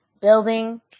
building